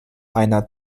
einer